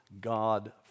God